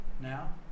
now